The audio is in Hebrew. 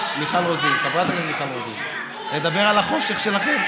חברת הכנסת מיכל רוזין, לדבר על החושך שלכם?